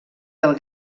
del